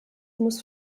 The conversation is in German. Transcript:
muss